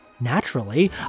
Naturally